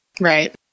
Right